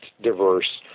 diverse